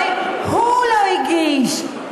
הרי הוא לא הגיש.